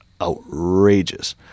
outrageous